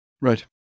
Right